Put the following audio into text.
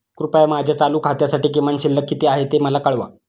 कृपया माझ्या चालू खात्यासाठी किमान शिल्लक किती आहे ते मला कळवा